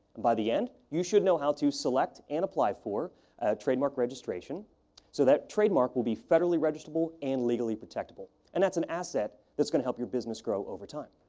by the end, you should know how to select and apply for a trademark registration so that trademark will be federally registerable and legally protectable. and that's an asset that's going to help your business grow over time.